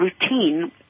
routine